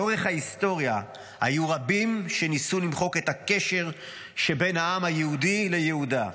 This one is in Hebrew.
לאורך ההיסטוריה היו רבים שניסו למחוק את הקשר שבין העם היהודי ליהודה.